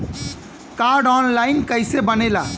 Card online कइसे बनेला?